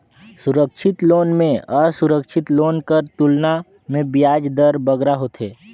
असुरक्छित लोन में सुरक्छित लोन कर तुलना में बियाज दर बगरा होथे